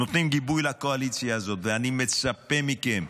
אני מצפה מכם,